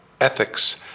ethics